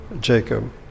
Jacob